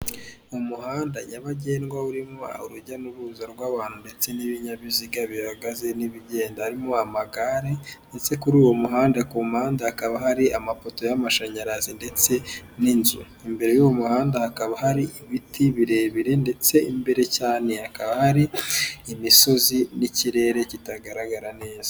Mu muhanda nyabagendwa urimo urujya n'uruza rw'abantu ndetse n'ibinyabiziga bihagaze n'ibigenda, harimo amagare ndetse kuri uwo muhanda ku mpande hakaba hari amapoto y'amashanyarazi, ndetse n'inzu. Imbere y'uwo muhanda hakaba hari ibiti birebire ndetse imbere cyane hakaba hari imisozi n'ikirere kitagaragara neza.